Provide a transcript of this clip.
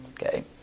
Okay